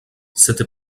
cette